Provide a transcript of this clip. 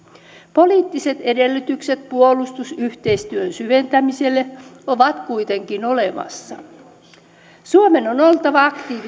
poliittiset edellytykset puolustusyhteistyön syventämiselle ovat kuitenkin olemassa suomen on oltava